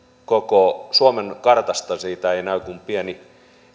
koko suomen kartasta ei näy kuin pieni